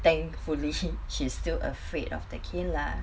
thankfully she she's still afraid of the cane lah